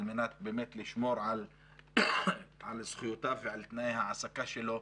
על מנת לשמור על זכויותיו ועל תנאי ההעסקה שלו,